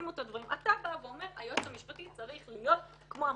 תשימו את הדברים היועץ המשפטי צריך להיות כמו המנכ"ל,